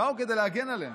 הם באו כדי להגן עליהם.